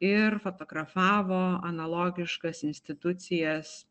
ir fotografavo analogiškas institucijas